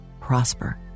prosper